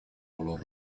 color